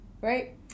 right